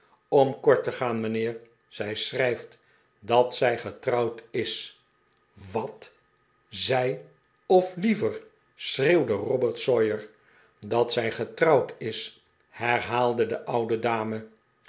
om kort te gaan mijnheer zij schrijft dat zij getrouwd is wat zei of liever schreeuwde robert sawyer dat zij getrouwd is herhaalde de oude dame